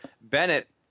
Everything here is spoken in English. Bennett